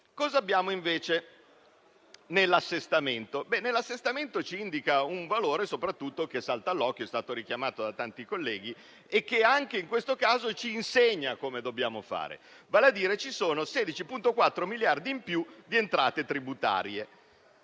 Cosa abbiamo invece nell'assestamento? L'assestamento ci indica un valore che salta all'occhio ed è stato richiamato da tanti colleghi, che in questo caso ci insegna come dobbiamo fare: ci sono 16,4 miliardi in più di entrate tributarie,